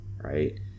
right